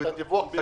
את הדיווח.